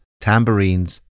tambourines